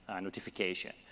notification